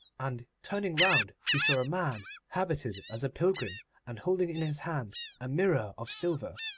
and, turning round, he saw a man habited as a pilgrim and holding in his hand a mirror of silver.